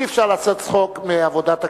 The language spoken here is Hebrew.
אי-אפשר לעשות צחוק מעבודת הכנסת.